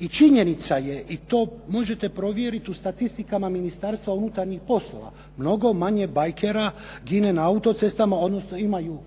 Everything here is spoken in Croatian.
I činjenica je i to možete provjeriti u statistikama Ministarstva unutarnjih poslova, mnogo manje bajkera gine na autocestama, odnosno imaju,